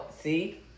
See